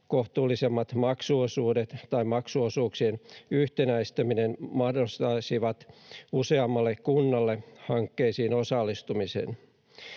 maksuosuudet tai maksuosuuksien yhtenäistäminen mahdollistaisivat useammalle kunnalle hankkeisiin osallistumisen.